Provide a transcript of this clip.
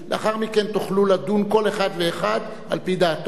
לאחר מכן תוכלו לדון, כל אחד ואחד על-פי דעתו.